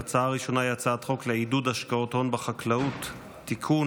ההצעה הראשונה היא הצעת חוק לעידוד השקעות הון בחקלאות (תיקון,